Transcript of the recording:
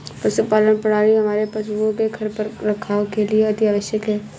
पशुपालन प्रणाली हमारे पशुओं के रखरखाव के लिए अति आवश्यक है